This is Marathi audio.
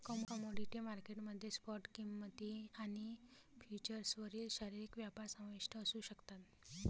कमोडिटी मार्केट मध्ये स्पॉट किंमती आणि फ्युचर्सवरील शारीरिक व्यापार समाविष्ट असू शकतात